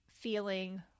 feeling